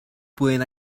pueden